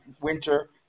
winter